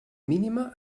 mínima